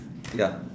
ya